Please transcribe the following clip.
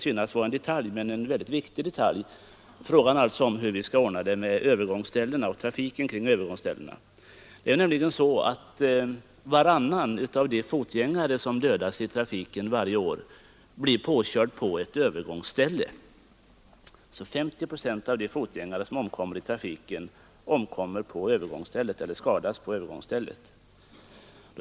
Frågan om hur vi skall ordna trafiken kring övergångsställena kan i och för sig synas vara en detalj, men en väldigt viktig detalj. 50 procent av de fotgängare som omkommer i trafiken varje år blir nämligen påkörda på ett övergångsställe.